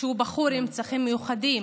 שהוא בחור עם צרכים מיוחדים,